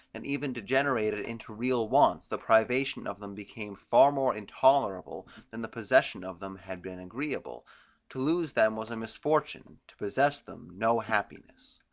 and even degenerated into real wants, the privation of them became far more intolerable than the possession of them had been agreeable to lose them was a misfortune, to possess them no happiness.